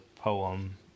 poem